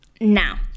now